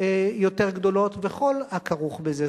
יותר גדולות וכל הכרוך בזה.